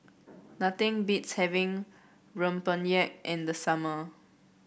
nothing beats having rempeyek in the summer